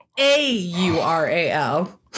A-U-R-A-L